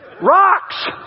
Rocks